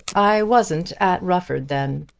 i wasn't at rufford then.